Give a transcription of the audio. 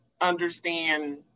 understand